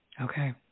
Okay